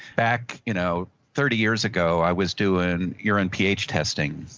back you know thirty years ago i was doing urine ph testing,